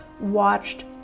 watched